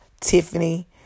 Tiffany